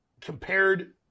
compared